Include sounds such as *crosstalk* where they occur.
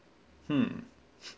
hmm *laughs*